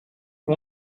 you